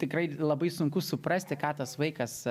tikrai labai sunku suprasti ką tas vaikas